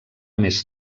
més